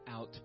out